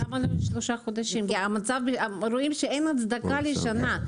אבל אנחנו רואים שאין הצדקה לשנה.